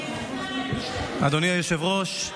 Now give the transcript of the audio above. אדוני היושב-ראש,